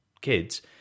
kids